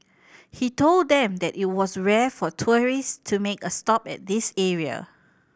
he told them that it was rare for tourists to make a stop at this area